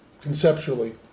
conceptually